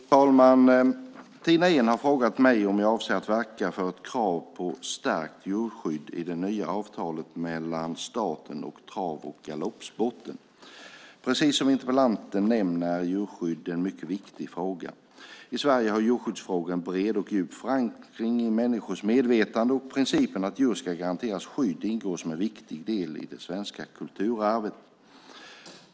Fru talman! Tina Ehn har frågat mig om jag avser att verka för ett krav på starkt djurskydd i det nya avtalet mellan staten och trav och galoppsporten. Precis som interpellanten nämner är djurskydd en mycket viktig fråga. I Sverige har djurskyddsfrågor en bred och djup förankring i människors medvetande, och principen att djur ska garanteras skydd ingår som en viktig del i det svenska kulturarvet.